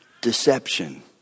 deception